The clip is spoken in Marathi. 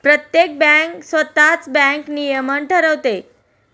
प्रत्येक बँक स्वतःच बँक नियमन ठरवते